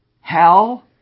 Hell